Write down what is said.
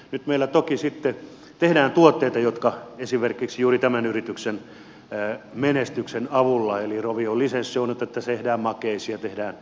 nyt meillä toki sitten tehdään tuotteita esimerkiksi juuri tämän yrityksen menestyksen avulla eli rovion lisenssillä tehdään makeisia tehdään kaikkea muuta